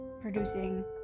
producing